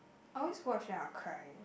I always watch then I'll cry